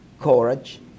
courage